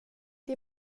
det